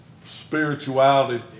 spirituality